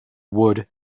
wood